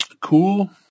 Cool